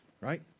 right